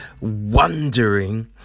wondering